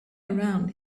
around